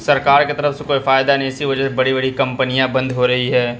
سرکار کے طرف سے کوئی فائدہ نہیں اسی وجہ سے بڑی بڑی کمپنیاں بند ہو رہی ہے